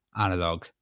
analog